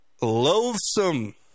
loathsome